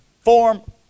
form